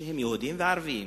יהודיים וערביים,